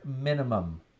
minimum